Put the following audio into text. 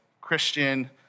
Christian